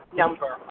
number